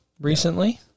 recently